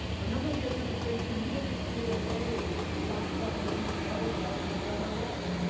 remember the administration needed to create a way to stop funding that was already underway.